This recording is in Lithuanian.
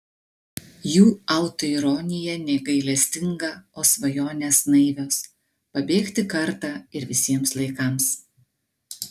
jų autoironija negailestinga o svajonės naivios pabėgti kartą ir visiems laikams